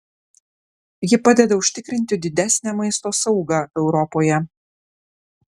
ji padeda užtikrinti didesnę maisto saugą europoje